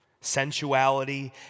sensuality